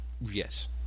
Yes